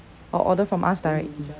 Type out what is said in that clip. or order from us directly